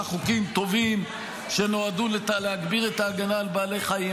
חוקים טובים שנועדו להגביר את ההגנה על בעלי חיים.